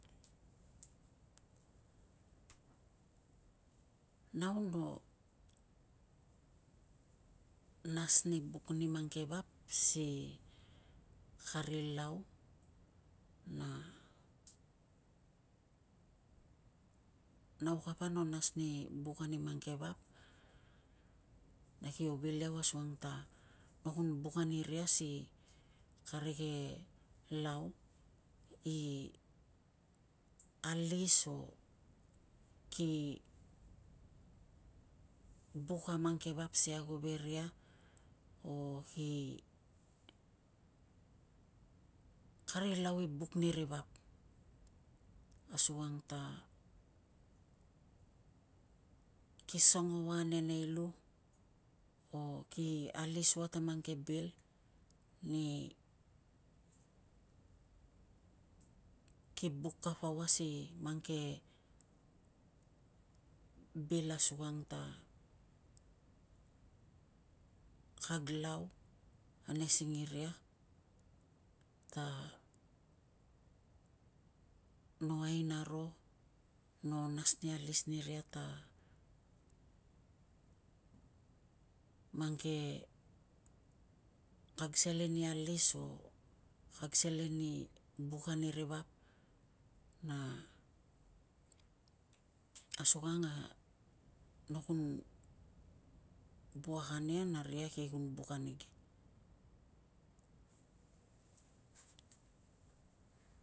Nau no nas ni buk ni mang ke vap si kari lau na, nau kapa no nas ni buk ani mang ke vap na kio vil iau asukang ta no kun buk aniria si kar ke lau i alis, o ki buk a mang ke vap si ago ve ria, o ki, kari lau i buk ni ri vap. Asukang ta ki songo ua a ne nei lu, o ki alis ua ta mang ke bil ni ki buk kapa ua si ang ke bil aksukang ta kag lau ane singiria ta no aina ro, no nas ni alis niria ta mang ke, kag selen i ali o kag selen i buk ani ri vap na asukang a no kun vuak ania na ria kio kun buk anig.